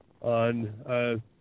on –